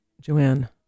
Joanne